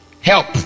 Help